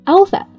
Alpha